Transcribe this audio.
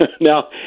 Now